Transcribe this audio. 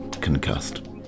Concussed